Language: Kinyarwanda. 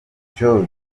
george